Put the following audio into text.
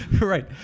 Right